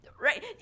Right